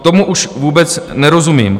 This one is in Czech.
Tomu už vůbec nerozumím.